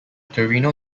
torino